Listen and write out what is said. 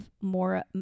more